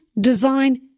design